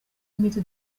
imiti